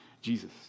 Jesus